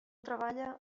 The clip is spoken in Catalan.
treballa